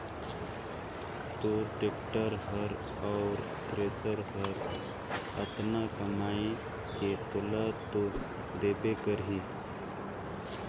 तोर टेक्टर हर अउ थेरेसर हर अतना कमाये के तोला तो देबे करही